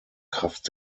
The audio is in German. kraft